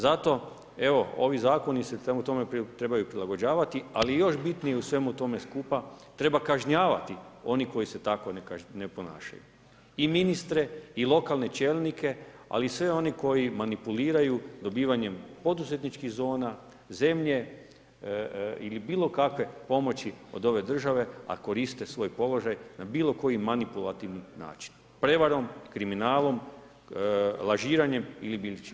Zato evo ovi zakoni se tome trebaju prilagođavati, ali još bitnije u svemu tome skupa treba kažnjavati one koji se tako ne ponašaju i ministre i lokalne čelnike, ali i sve one koji manipuliraju dobivanjem poduzetničkih zona, zemlje ili bilo kakve pomoći od ove države, a koriste svoj položaj na bilo koji manipulativni načinom prevarom, kriminalom, lažiranjem ili bilo čime.